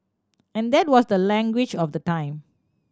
and that was the language of the time